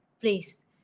please